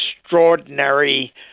extraordinary